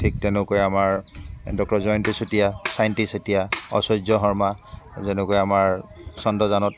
ঠিক তেনেকৈ আমাৰ ডক্টৰ জয়ন্তী চুতীয়া চাইন্তী চেতিয়া অচহ্য শৰ্মা যেনেকৈ আমাৰ চন্দ্ৰযানত